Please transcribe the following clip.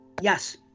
Yes